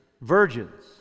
virgins